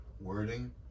wording